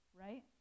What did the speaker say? right